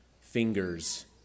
fingers